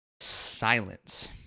Silence